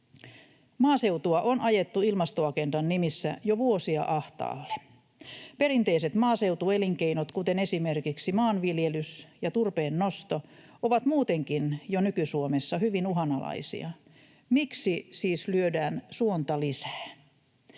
Maaseutua on ajettu ilmastoagendan nimissä jo vuosia ahtaalle. Perinteiset maaseutuelinkeinot, kuten esimerkiksi maanviljelys ja turpeen nosto, ovat muutenkin jo nyky-Suomessa hyvin uhanalaisia. Miksi siis lyödään suonta lisää?